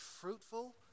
fruitful